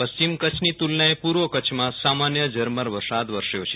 પશ્ચિમ કચ્છની તુલનાએ પૂર્વ કચ્છમાં સામાન્ય ઝરમર વરસાદ વરસ્યો છે